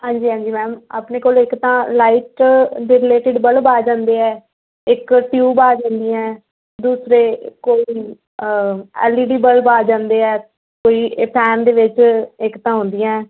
ਹਾਂਜੀ ਹਾਂਜੀ ਮੈਮ ਆਪਣੇ ਕੋਲ ਇੱਕ ਤਾਂ ਲਾਈਟ ਦੇ ਰਿਲੇਟਡ ਬੱਲਬ ਆ ਜਾਂਦੇ ਹੈ ਇੱਕ ਟਿਊਬ ਆ ਜਾਂਦੀਆਂ ਹੈ ਦੂਸਰੇ ਕੋਈ ਐੱਲ ਈ ਡੀ ਬੱਲਬ ਆ ਜਾਂਦੇ ਹੈ ਕੋਈ ਇੱਕ ਤਾਂ ਹੁੰਦੀਆਂ ਹੈ